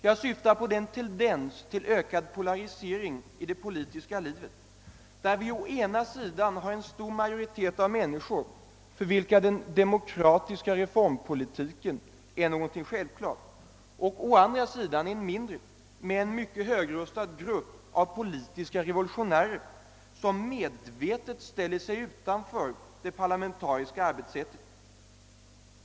Jag syftar på den tendens till ökad polarisering i det politiska livet, där vi å ena sidan har en stor majoritet av människor, för vilka den demokratiska reformpolitiken är någonting självklart, och å andra sidan en mindre men mycket högröstad grupp av politiska revolutionärer, som medvetet ställer sig utanför det parlamentariska arbetssättet.